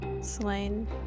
slain